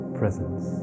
presence